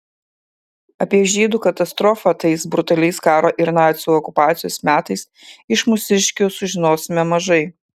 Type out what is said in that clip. apie žydų katastrofą tais brutaliais karo ir nacių okupacijos metais iš mūsiškių sužinosime mažai